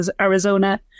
Arizona